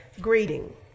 greeting